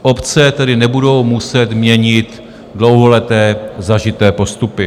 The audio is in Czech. Obce tedy nebudou muset měnit dlouholeté zažité postupy.